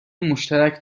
مشترک